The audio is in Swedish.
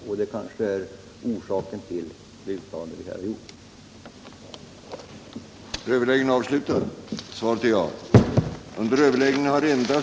Det är kanske främsta orsaken till det uttalande som vi har gjort på denna punkt.